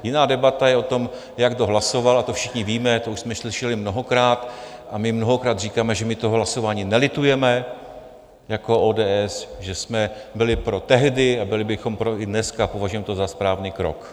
Jiná debata je o tom, jak kdo hlasoval, a to všichni víme, to už jsme slyšeli mnohokrát, a my mnohokrát říkáme, že my toho hlasování nelitujeme jako ODS, že jsme byli pro tehdy a byli bychom pro i dneska, považujeme to za správný krok.